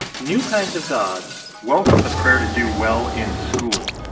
new kinds of gods. welcome to the prayer to do well in school.